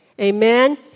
Amen